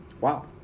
Wow